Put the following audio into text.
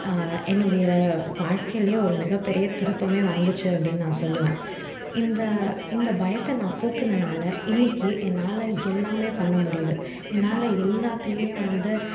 என்னுடைய வாழ்க்கையிலே ஒரு மிக பெரிய திருப்பமே வந்துச்சு அப்படின்னு நான் சொல்லுவேன் இந்த இந்த பயத்தை நான் போக்குனனால் இன்னைக்கு என்னால் எல்லாமே பண்ண முடியுது என்னால் எல்லாத்திலேயுமே வந்து